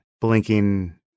blinking